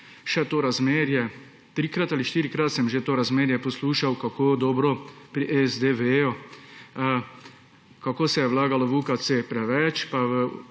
o tem razmerju, trikrat ali štirikrat sem že o tem razmerju poslušal, kako dobro pri SD vedo, kako se je vlagalo v